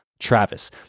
Travis